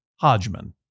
Hodgman